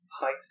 height